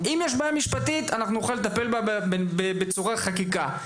אם יש בעיה משפטית, נוכל לטפל בה בצורה של חקיקה.